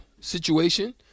situation